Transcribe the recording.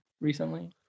recently